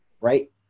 right